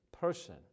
person